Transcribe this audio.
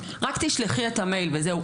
'רק תשלחי את המייל וזהו',